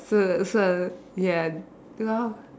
so so ya now